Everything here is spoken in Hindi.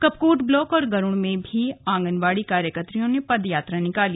कपकोट ब्लॉक और गरूड में भी आंगनबाडी कार्यकत्रियों ने पदयात्रा निकाली